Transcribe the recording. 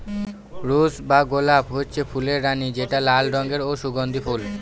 rose বা গলাপ হচ্ছে ফুলের রানী যেটা লাল রঙের ও সুগন্ধি ফুল